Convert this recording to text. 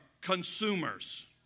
consumers